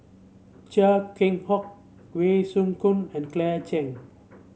Chia Keng Hock Wee Choon Seng and Claire Chiang